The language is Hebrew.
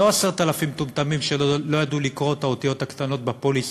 לא 10,000 מטומטמים שלא ידעו לקרוא את האותיות הקטנות בפוליסות,